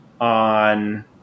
on